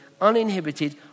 uninhibited